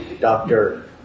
Doctor